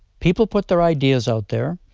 people put their ideas out there,